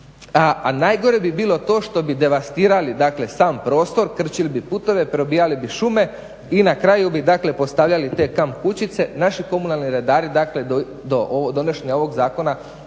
a najgore bi bilo to što bi devastirali dakle sam prostor, krčili bi putove, probijali bi šume i na kraju bi dakle postavljali te kamp kućice, naši komunalni redari dakle do donošenja ovog zakona